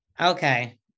Okay